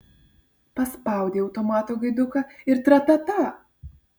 paspaudei automato gaiduką ir tra ta ta